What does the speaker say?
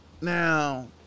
Now